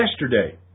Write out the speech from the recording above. yesterday